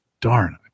darn